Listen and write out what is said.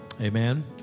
Amen